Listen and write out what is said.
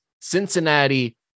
Cincinnati